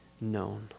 known